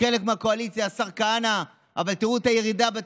חלק מהקואליציה,